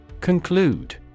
Conclude